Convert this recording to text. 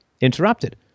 Interrupted